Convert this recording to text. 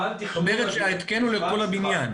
ההתקן הוא לכל הבניין.